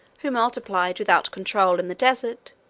who multiplied, without control, in the desert,